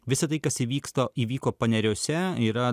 visa tai kas įvyksta įvyko paneriuose yra